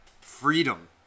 Freedom